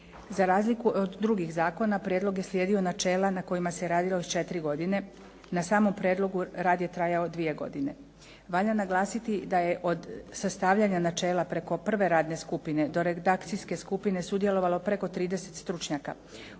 Za razliku od drugih zakona prijedlog je slijedio načela na kojima se radilo četiri godine. Na samom prijedlogu rad je trajao dvije godine. Valja naglasiti da je od sastavljanja načela preko prve radne skupine do redakcijske skupine sudjelovalo preko 30 stručnjaka.